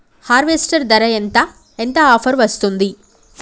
Harvester ధర ఎంత ఎంత ఆఫర్ వస్తుంది?